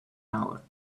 hour